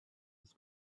this